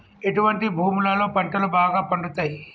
ఎటువంటి భూములలో పంటలు బాగా పండుతయ్?